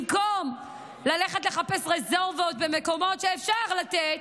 במקום ללכת לחפש רזרבות במקומות שאפשר לתת,